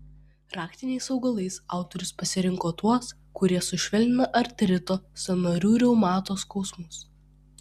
raktiniais augalais autorius pasirinko tuos kurie sušvelnina artrito sąnarių reumato skausmus